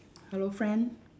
hello friend